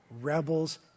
rebels